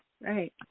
Right